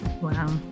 Wow